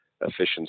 Efficiency